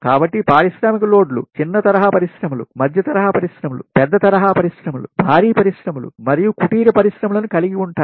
కాబట్టి పారిశ్రామిక లోడ్లు చిన్న తరహా పరిశ్రమలు మధ్య తరహా పరిశ్రమలు పెద్ద తరహా పరిశ్రమలు భారీ పరిశ్రమలు మరియు కుటీర పరిశ్రమలను కలిగి ఉంటాయి